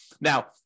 Now